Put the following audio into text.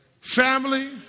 Family